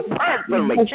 personally